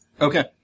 Okay